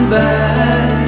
back